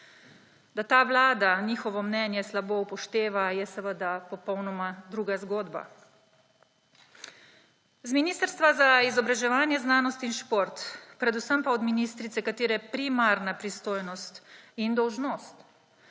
Da ta vlada njihovo mnenje slabo upošteva, je seveda popolnoma druga zgodba. Z Ministrstva za izobraževanje, znanost in šport, predvsem pa od ministrice, katere primarna pristojnost in dolžnost